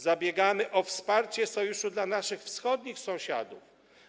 Zabiegamy o wsparcie Sojuszu dla naszych wschodnich sąsiadów.